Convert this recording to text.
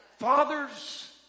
Fathers